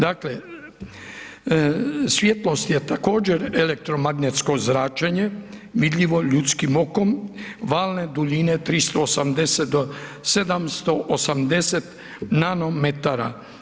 Dakle, svjetlost je također elektromagnetsko zračenje vidljivo ljudskim okom, valne duljine 380 do 780 nano metara.